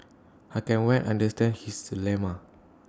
I can well understand his dilemma